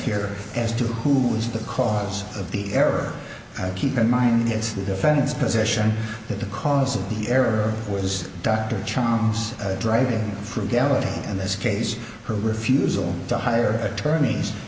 here as to who is the cause of the error keep in mind it's the defendant's position that the cause of the error was dr charmes driving frugality in this case her refusal to hire attorneys